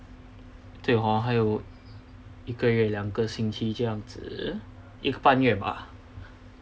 对 mah 还有一个月两个星期这样子一个半月吧